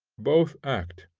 both act.